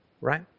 right